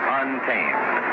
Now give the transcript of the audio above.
untamed